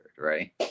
right